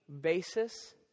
basis